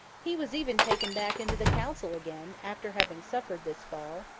he was even taken back into the council again, after having suffered this fall,